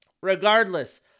Regardless